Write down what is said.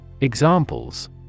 Examples